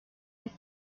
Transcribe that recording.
les